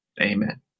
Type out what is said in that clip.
amen